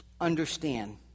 understand